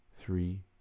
three